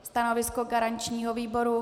Stanovisko garančního výboru?